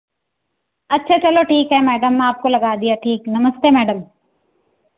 अच्छा चलो ठीक है मैडम आपको लगा दिया ठीक है नमस्ते मैडम